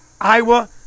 Iowa